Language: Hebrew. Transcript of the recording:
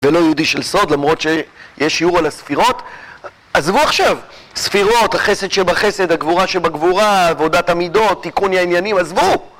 ולא יהודי של סוד, למרות שיש שיעור על הספירות עזבו עכשיו! ספירות, החסד שבחסד, הגבורה שבגבורה, עבודת המידות, תיקוני העניינים, עזבו!